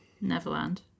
Neverland